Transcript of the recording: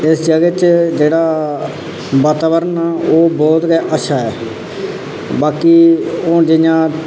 इस जगह च जेह्ड़ा वातावरण ओह् बहुत गै अच्छा ऐ बाकी हून जि'यां